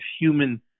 human